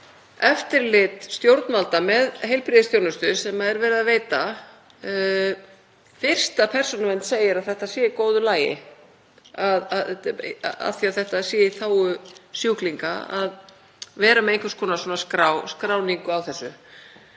útvíkka eftirlit stjórnvalda með heilbrigðisþjónustu sem er verið að veita fyrst Persónuvernd segir að þetta sé í góðu lagi af því að það sé í þágu sjúklinga að vera með einhvers konar skráningu á þessu.